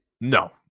No